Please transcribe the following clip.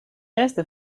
restes